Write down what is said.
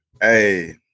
Hey